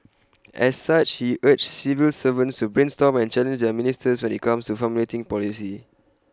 as such he urged civil servants to brainstorm and challenge their ministers when IT comes to formulating policy